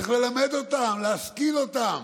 צריך ללמד אותם, להשכיל אותם.